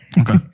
Okay